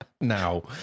now